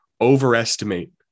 overestimate